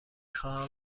خواهم